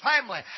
family